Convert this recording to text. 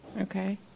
Okay